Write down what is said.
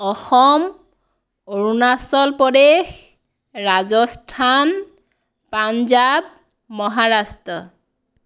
Assam Arunachal Pradesh Rajasthan Punjab Maharashtra